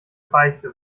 beichte